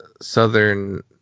Southern